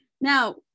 Now